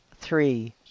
three